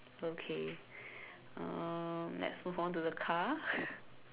okay um let's move on to the car